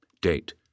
Date